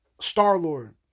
Star-Lord